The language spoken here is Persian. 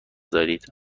دارید